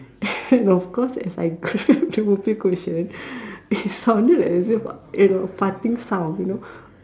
of course as I grab the Whoopee cushion it sounded like as if you know farting sound you know